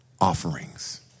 offerings